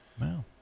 Wow